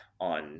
on